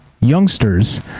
youngsters